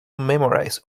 memorize